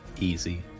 Easy